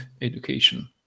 education